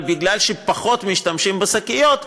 אבל מפני שפחות משתמשים בשקיות,